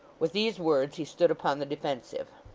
with these words he stood upon the defensive.